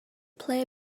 play